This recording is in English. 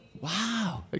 wow